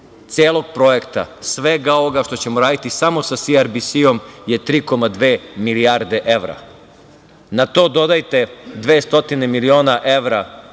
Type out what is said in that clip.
celog projekta, svega ovoga što ćemo raditi, samo sa CRBC je 3,2 milijarde evra. Na to dodajte 200 miliona evra